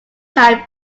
time